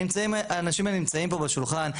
האנשים האלה נמצאים פה בשולחן.